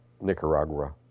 nicaragua